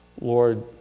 Lord